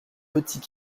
petit